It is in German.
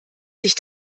sich